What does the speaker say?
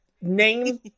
name